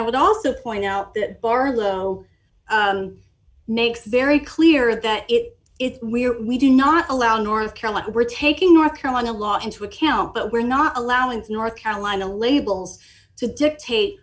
i would also point out that barlow nakes very clear that it is we are we do not allow north carolina we're taking north carolina law into account but we're not allowing north carolina labels to dictate